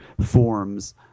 forms